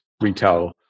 retail